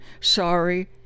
sorry